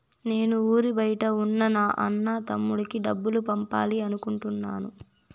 నేను ఊరి బయట ఉన్న నా అన్న, తమ్ముడికి డబ్బులు పంపాలి అనుకుంటున్నాను